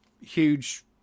huge